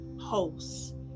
hosts